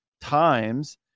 times